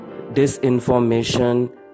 disinformation